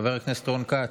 חבר הכנסת רון כץ,